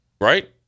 right